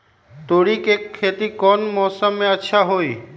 तोड़ी के खेती कौन मौसम में अच्छा होई?